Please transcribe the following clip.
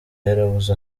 yarabuze